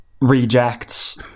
rejects